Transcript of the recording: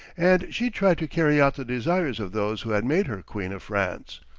and she tried to carry out the desires of those who had made her queen of france.